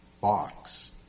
box